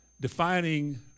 defining